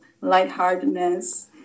lightheartedness